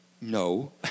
no